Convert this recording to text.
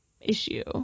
issue